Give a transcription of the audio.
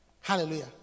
Hallelujah